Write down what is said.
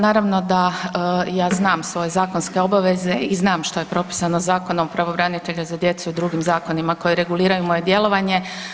Naravno da ja znam svoje zakonske obaveze i znam što je propisano Zakonom o pravobranitelju za djecu i drugim zakonima koji regulirao moje djelovanje.